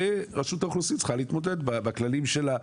זה רשות האוכלוסין צריכה להתמודד בכללים שלה.